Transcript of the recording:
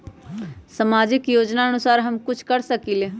सामाजिक योजनानुसार हम कुछ कर सकील?